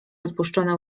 rozpuszczone